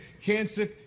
Cancer